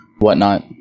whatnot